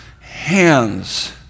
hands